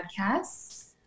podcasts